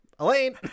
Elaine